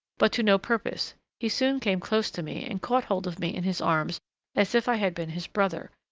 but to no purpose he soon came close to me and caught hold of me in his arms as if i had been his brother,